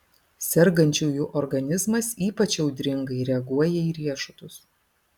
sergančiųjų organizmas ypač audringai reaguoja į riešutus